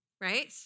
right